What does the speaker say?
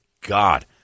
god